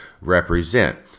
represent